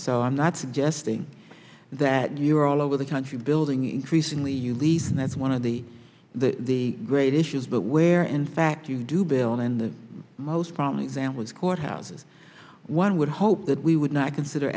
so i'm not suggesting that you are all over the country building increasingly you leave and that's one of the the the great issues but where in fact you do build in the most from examples courthouses one would hope that we would not consider